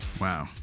wow